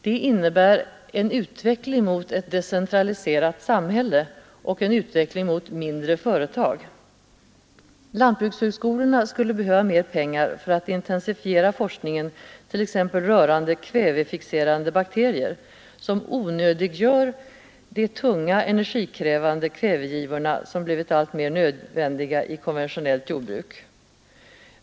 Det innebär en utveckling mot ett decentraliserat samhälle och mindre företag. Lantbrukshögskolorna skulle behöva mer pengar för att intensifiera forskningen, t.ex. rörande kvävefixerande bakterier som onödiggör de tunga, energikrävande kvävegivor som blivit alltmer nödvändiga i konventionellt jordbruk.